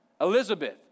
Elizabeth